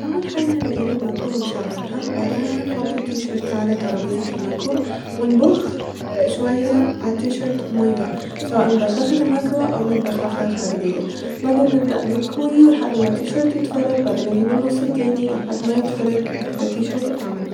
اول حاجة هنجيب المكوة ونشغلها بعدها هنحط التيشرت على ترابيزة المكوة ونبخ شوية ع التيشرت شوية مية ، سواء ببخاخة المكوة او من بخاخة خارجية ، بعدين نبدأ نكوي لحد ما التيشرت يتفرد بعدين اجيب النص التاني لغاية ما يتفرد وكده التيشرت اتعمل